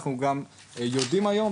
אנחנו גם יודעים היום,